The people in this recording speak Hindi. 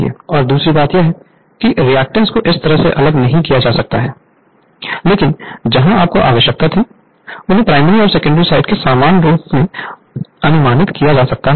और दूसरी बात यह है कि रिएक्टेंस को इस तरह से अलग नहीं किया जा सकता है लेकिन जहां आपको आवश्यकता थी इन्हें प्राइमरी और सेकेंडरी साइड के समान रूप से अनुमानित किया जा सकता है